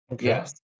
Yes